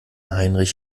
heinrich